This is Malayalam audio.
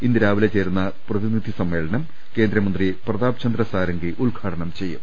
ഇന്ന് രാവിലെ ചേരുന്ന പ്രതിനിധി ്സമ്മേളനം കേന്ദ്രമന്ത്രി പ്രതാപ് ചന്ദ്ര സാരംഗി ഉദ്ഘാടനം ചെയ്യും